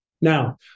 Now